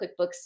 QuickBooks